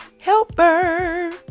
helper